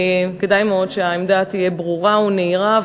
כדאי מאוד שהעמדה תהיה ברורה ונהירה,